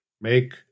Make